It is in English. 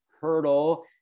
Hurdle